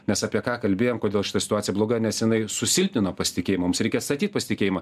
mes apie ką kalbėjom kodėl šita situacija bloga nes jinai susilpnino pasitikėjimą mums reikia atstatyt pasitikėjimą